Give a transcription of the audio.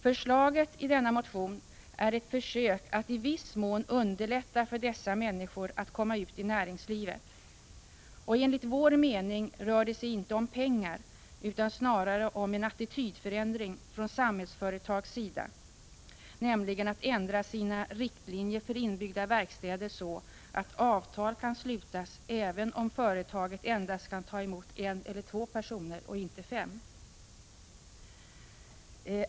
Förslaget i denna motion är ett försök att i viss mån underlätta för dessa människor att komma ut i näringslivet. Och enligt vår mening rör det sig inte om pengar utan snarare om en attitydförändring från Samhällsföretags sida, nämligen att ändra riktlinjerna för inbyggda verkstäder så, att avtal kan slutas även om företaget endast kan ta emot en eller två personer och inte fem.